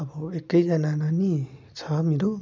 अब एकैजना नानी छ मेरो